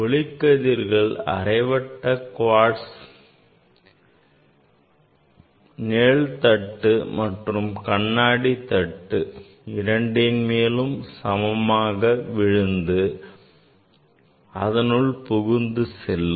ஒளிக்கதிர்கள் அரைவட்ட குவார்ட்ஸ் அரைவட்ட நிழல் தட்டு மற்றும் கண்ணாடி தட்டு இரண்டின் மேலும் சமமாக விழுந்து அதனுள் புகுந்து செல்லும்